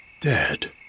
Dead